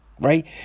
right